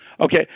Okay